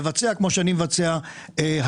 מבצע כמו שאני מבצע היום.